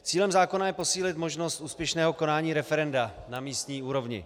Cílem zákona je posílit možnost úspěšného konání referenda na místní úrovni.